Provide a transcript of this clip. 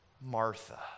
Martha